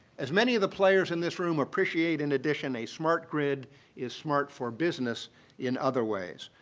as many of the players in this room appreciate in addition a smart grid is smart for business in other ways.